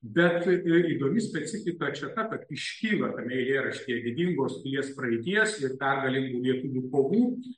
bet ir įdomi specifika čia ta kad iškyla tame eilėraštyje didingos pilies praeities ir pergalingų lietuvių kovų